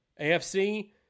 AFC